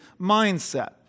mindset